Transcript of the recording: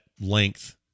length